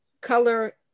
Color